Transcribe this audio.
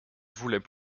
voulaient